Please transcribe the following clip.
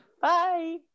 bye